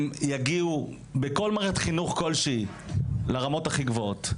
יגיעו בחינוך כלשהו לרמות הכי גבוהות.